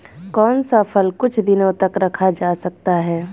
कौन सा फल कुछ दिनों तक रखा जा सकता है?